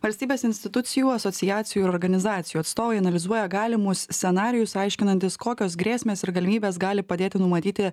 valstybės institucijų asociacijų ir organizacijų atstovai analizuoja galimus scenarijus aiškinantis kokios grėsmės ir galimybės gali padėti numatyti